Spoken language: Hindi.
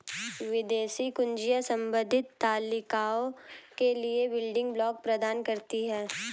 विदेशी कुंजियाँ संबंधित तालिकाओं के लिए बिल्डिंग ब्लॉक प्रदान करती हैं